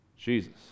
Jesus